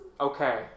Okay